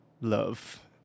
love